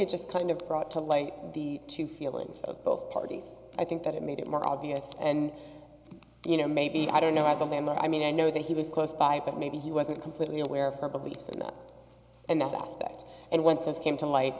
it just kind of brought to light the two feelings of both parties i think that it made it more obvious and you know maybe i don't know as something what i mean i know that he was close by but maybe he wasn't completely aware of her beliefs in that and that aspect and once this came to light